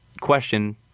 question